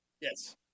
Yes